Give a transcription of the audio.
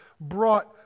brought